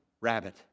rabbit